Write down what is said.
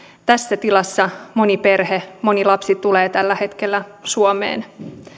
tässä tilassa moni perhe moni lapsi tulee tällä hetkellä suomeen